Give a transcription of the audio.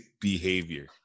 behavior